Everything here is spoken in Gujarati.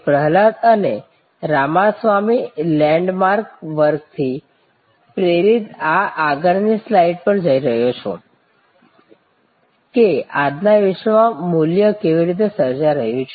પ્રહલાદ અને રામાસ્વામી લેન્ડ માર્ક વર્કથી પ્રેરિત આ આગળની સ્લાઈડ પર જઈશ કે આજના વિશ્વમાં મૂલ્ય કેવી રીતે સર્જાઈ રહ્યું છે